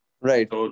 Right